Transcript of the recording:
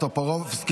כי